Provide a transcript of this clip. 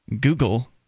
Google